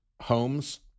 homes